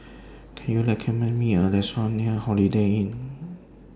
Can YOU recommend Me A Restaurant near Holiday Inn